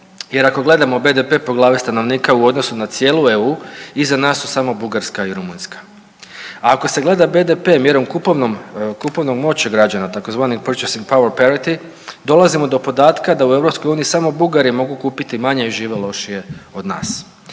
jer ako gledamo BDP-e po glavi stanovnika u odnosu na cijelu EU iza nas su samo Bugarska i Rumunjska. Ako se gleda BDP-e mjerom kupovne moći građana tzv. … dolazimo do podatka da u Europskoj uniji samo Bugari mogu kupiti manje i žive lošije od nas.